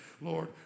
Lord